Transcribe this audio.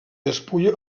despulla